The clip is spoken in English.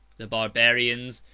the barbarians,